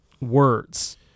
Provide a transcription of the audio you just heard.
words